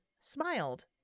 smiled